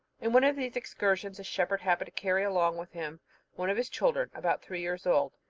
in one of these excursions, a shepherd happened to carry along with him one of his children, about three years old.